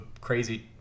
crazy